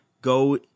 Go